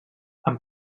amb